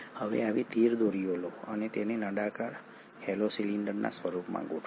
હવે આવી ૧૩ દોરીઓ લો અને તેને નળાકાર હોલો સિલિન્ડરના સ્વરૂપમાં ગોઠવો